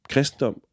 Kristendom